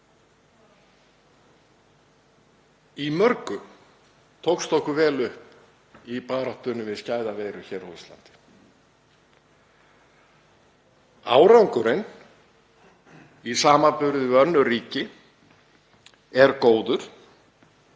Í mörgu tókst okkur vel upp í baráttunni við skæða veiru hér á Íslandi. Árangurinn í samanburði við önnur ríki er góður